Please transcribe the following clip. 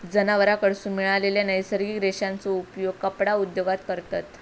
जनावरांकडसून मिळालेल्या नैसर्गिक रेशांचो उपयोग कपडा उद्योगात करतत